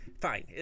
Fine